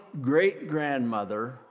great-grandmother